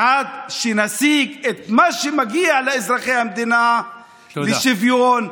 עד שנשיג את מה שמגיע לאזרחי המדינה, תודה.